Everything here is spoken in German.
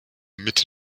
mitte